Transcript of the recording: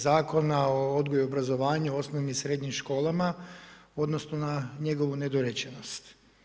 Zakona o odgoju i obrazovanju u osnovnim i srednjim školama, odnosno na njegovu nedorečenost.